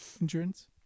insurance